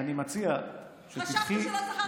אני מציע שתיקחי את תרי"ג,